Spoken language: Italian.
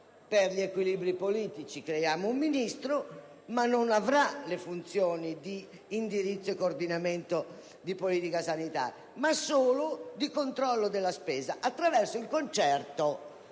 Per gli equilibri politici creiamo un Ministro che, però, non avrà le funzioni di indirizzo e coordinamento della politica sanitaria, ma solo di controllo della spesa attraverso il concerto